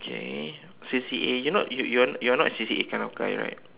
okay C_C_A you're not you're you're not a C_C_A that kind of guy right